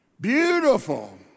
beautiful